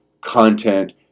content